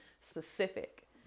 specific